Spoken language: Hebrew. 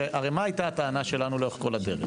הרי מה הייתה הטענה שלנו לאורך כל הדרך,